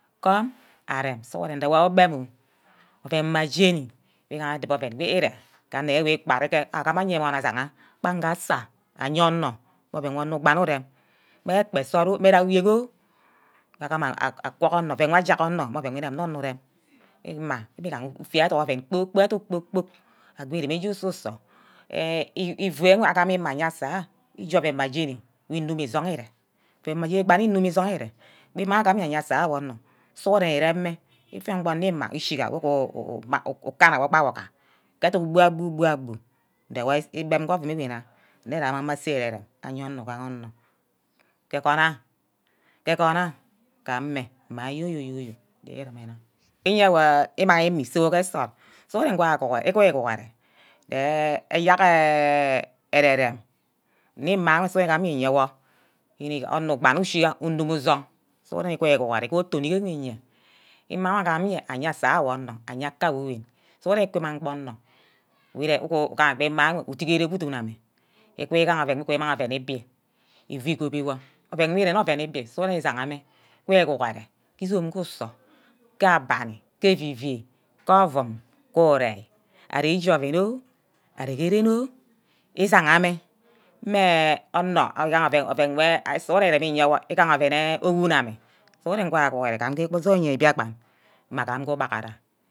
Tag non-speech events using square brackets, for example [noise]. Kom arem sughuren idewor ugbem oh oven mma jeni wor igaha edu-wor oven ire, ga wor ikpari ke ke awor mme aye anorn ashiga gbaga asa, aye onor mme oven onor ugbagi urem, mme ekpe nsort oh mme jagha uyen oh agama aquo onor oven ajag onor mmeh oven wor onor urem ime mmi gbaha oven ufiat edung kpor-kpork, ago ugume ije ususo, ifu heh agam ima aye asawor ije oven mma jeni wu-inu isong ire, oven mmma jeni wor inumi isong ire gba ima agam iye aye asawor onor sughuren ireme ufion gbe onor ima [hesitation] ukana gba awor gba, ke educk gbu- gbu, gbu gbu nneweh igbem ke ovum mina nne je amang mme ase ke ere-rem ka-onor-nor ugaha onor ke- egoha ke-egoha gameh ge yo-yo-yo-yo sai ireme nna, imang ime isawor ke nsort, sughuren gwa aguhure gwa aguhure, iqwe-guhure je eyeha ere-rem nne imang isort ayo iyewor yene onor gbage ushime unumi usog, sughure equi-guhure ke oton wor wi-ye ima agan iye aye asa wor ke onor, aye aka wuwume sughuren iki imang gba onor ugaha gba ima-wor idi-gure udun ame, iqui-qui imang oven igbi ifu gobi wor, oven wor irene oven igbi sughuren ngi shiga ame wune-guhure ke izome ke usor ga abanni, ke evivia, ke ovum, ke ure, ari eshi oven oh, arear ke ren oh isaghame, mme onoh ke oven wor sughuren iremi eyourwor igaha oven eh owun ameh sughuren wan aguhure ke osoil eni mbiakpan, mme gam ke ubaghara.